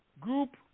group